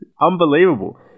unbelievable